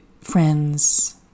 friends